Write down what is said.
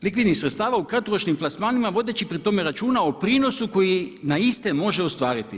Likvidnih sredstava u kratkoročnim plasmanima vodeći pri tome računa o prinosu koji na iste može ostvariti.